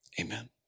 Amen